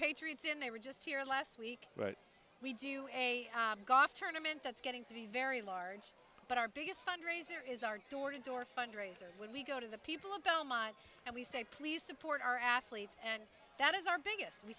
patriots in they were just here last week but we do a golf tournament that's getting to be very large but our biggest fundraiser is our door to door fundraisers when we go to the people of belmont and we say please support our athletes and that is our biggest we